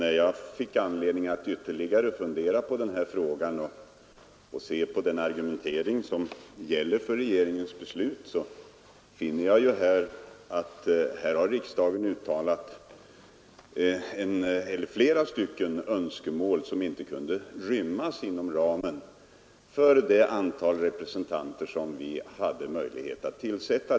När jag fick anledning att fundera närmare över denna fråga så fann jag att riksdagen hade uttalat flera önskemål som inte kunde rymmas inom ramen för det antal representanter som vi hade möjligheter att tillsätta.